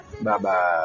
Bye-bye